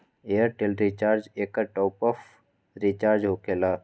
Airtel recharge एकर top off recharge होकेला?